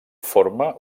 forma